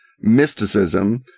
mysticism